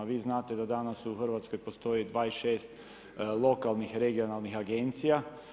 Vi znate da danas u Hrvatskoj postoji 26 lokalnih, regionalnih agencija.